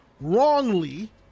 wrongly